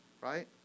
Right